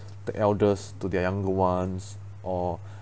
the elders to their younger ones or